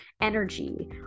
energy